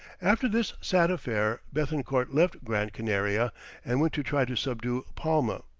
after this sad affair bethencourt left gran canaria and went to try to subdue palma.